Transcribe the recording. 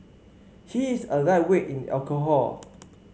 he is a lightweight in alcohol